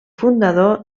fundador